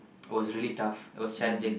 was really tough it was challenging